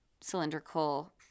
cylindrical